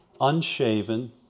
unshaven